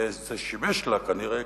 וזה שימש לה כנראה